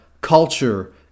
culture